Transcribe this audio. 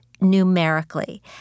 numerically